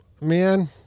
man